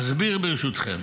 אסביר, ברשותכם.